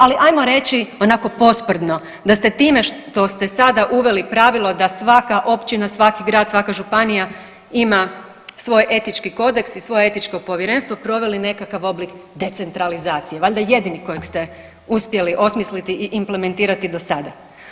Ali ajmo reći onako posprdno da ste time što ste sada uveli pravilo da svaka općina, svaki grad, svaka županija ima svoj etički kodeks i svoje etičko povjerenstvo proveli nekakav oblik decentralizacije, valjda jedini kojeg ste uspjeli osmisliti i implementirati do sada.